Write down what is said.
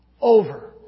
over